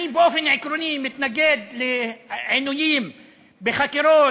אני באופן עקרוני מתנגד לעינויים בחקירות,